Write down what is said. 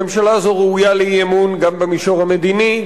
הממשלה הזאת ראויה לאי-אמון גם במישור המדיני,